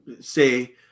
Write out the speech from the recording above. say